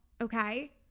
okay